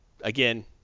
Again